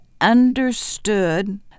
understood